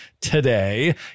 today